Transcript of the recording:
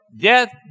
death